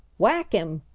whack him!